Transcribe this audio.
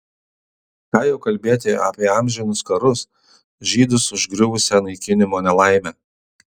ką jau kalbėti apie amžinus karus žydus užgriuvusią naikinimo nelaimę